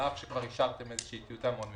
על אף שכבר אישרתם איזושהי טיוטה מאוד מתקדמת.